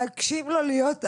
להגשים לו את החלום להיות אבא.